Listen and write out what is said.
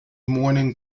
morning